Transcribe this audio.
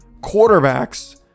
quarterbacks